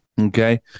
Okay